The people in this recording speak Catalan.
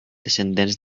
descendents